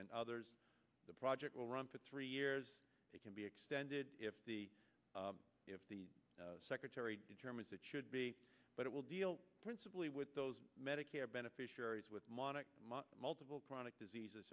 and others the project will run for three years it can be extended if the if the secretary determines it should be but it will deal principally with those medicare beneficiaries with monic multiple chronic diseases